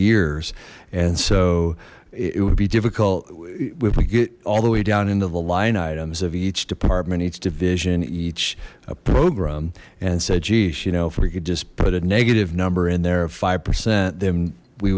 years and so would be difficult we get all the way down into the line items of each department each division each a program and said geesh you know if we could just put a negative number in there five percent then we